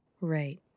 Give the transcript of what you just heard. Right